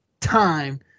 time